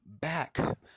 back